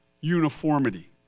uniformity